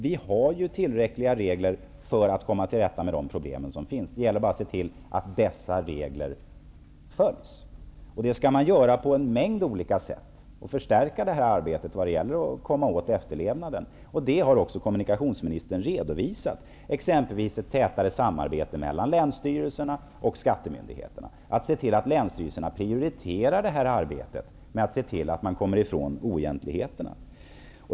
Vi har tillräckliga regler för att komma till rätta med de problem som finns. Det gäller bara att se till att dessa regler följs, och det skall man göra på en mängd olika sätt. Man skall förstärka arbetet med att förbättra efterlevnaden, och kommunikationsministern har redovisat åtgärder i detta syfte, exempelvis ett tätare samarbete mellan länsstyrelserna och skattemyndigheterna. Man skall se till att länsstyrelserna prioriterar arbetet med att komma till rätta med oegentligheterna.